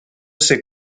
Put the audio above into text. ces